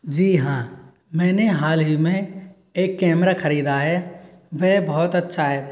जी हाँ मैंने हाल ही में एक कैमरा खरीदा है वह बहुत अच्छा है